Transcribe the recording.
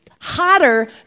hotter